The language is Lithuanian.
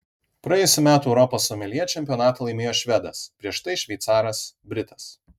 praėjusių metų europos someljė čempionatą laimėjo švedas prieš tai šveicaras britas